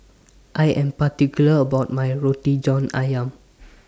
I Am particular about My Roti John Ayam